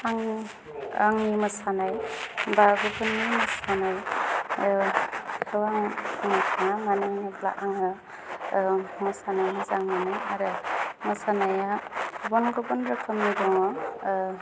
आङो आंनि मोसानाय बा गुबुननि मोसानाय बुङोब्ला आं मोसानो मोजां मोनो आरो मोसानाया गुबुन गुबुन रोखोमनि दङ